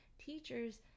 teachers